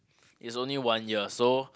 is only one year so